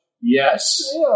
yes